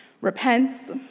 repents